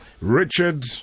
Richard